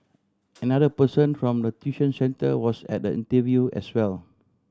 another person form the tuition centre was at the interview as well